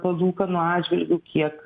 palūkanų atžvilgiu kiek